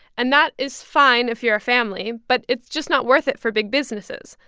and that is fine if you're a family, but it's just not worth it for big businesses.